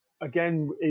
Again